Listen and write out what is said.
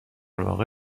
واقع